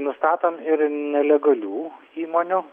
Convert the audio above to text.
nustatome ir nelegalių įmonių